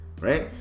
right